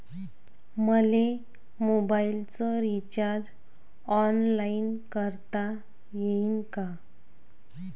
मले मोबाईलच recharge online करता येईन का?